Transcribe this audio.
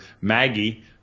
Maggie